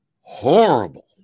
horrible